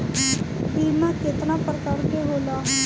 बीमा केतना प्रकार के होला?